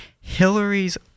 Hillary's